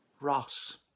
Ross